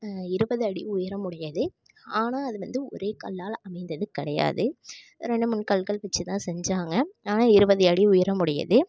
இருபது அடி உயரமுடையது ஆனால் அதில் வந்து ஒரே கல்லால் அமைந்தது கிடையாது ரெண்டு மூணு கற்கள் வெச்சு தான் செஞ்சாங்க ஆனால் இருபது அடி உயரம் உடையது